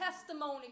testimony